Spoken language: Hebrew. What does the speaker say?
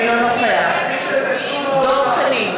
אינו נוכח דב חנין,